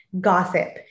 gossip